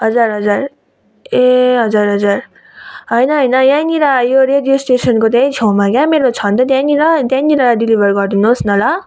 हजुर हजुर ए हजुर हजुर होइन होइन यहीँनेर यो रेडियो स्टेसनको त्यहीँ छेउमा क्या मेरो छ नि त त्यहीँनेर त्यहीँनेर डेलिभर गरिदिनु होस् न ल